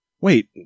Wait